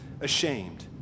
ashamed